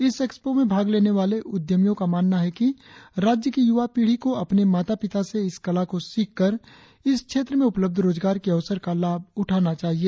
इस एक्सपो में भाग लेने वाले उद्यमिता का मानना है कि राज्य की युवा पीड़ी को अपने माता पिता से इस कला को सीखकर इस क्षेत्र में उपलब्ध रोजगार के अवसर का लाभ उठाना चाहिए